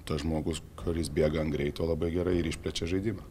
tas žmogus kuris bėga ant greito labai gerai ir išplečia žaidimą